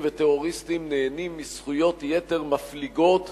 וטרוריסטים נהנים מזכויות יתר מפליגות